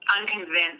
unconvinced